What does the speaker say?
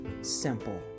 simple